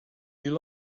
you